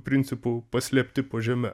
principu paslėpti po žeme